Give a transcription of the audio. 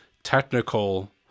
technical